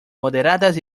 moderadas